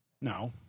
No